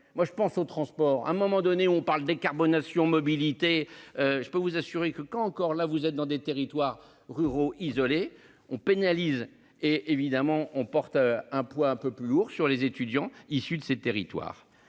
Moi je pense aux transports, à un moment donné on parle décarbonation mobilité. Je peux vous assurer que quand encore là vous êtes dans des territoires ruraux isolés on pénalise et évidemment on porte un poids un peu plus lourd sur les étudiants issus de ces territoires.